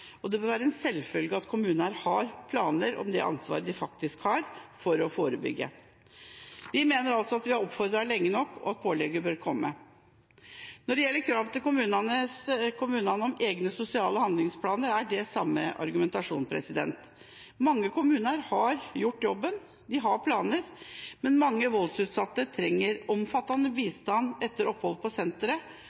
og det bør være en selvfølge at kommunene har planer for det ansvaret de faktisk har for å forebygge. Vi mener at vi har oppfordret lenge nok, og at pålegget nå bør komme. Når det gjelder krav til kommunene om egne sosiale handlingsplaner, gjelder de samme argumentene. Mange kommuner har gjort jobben. De har planer, men mange voldsutsatte trenger omfattende bistand etter opphold på senteret.